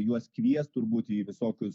juos kvies turbūt į visokius